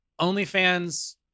OnlyFans